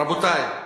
רבותי,